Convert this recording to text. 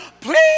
Please